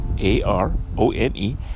A-R-O-N-E